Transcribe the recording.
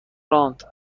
راند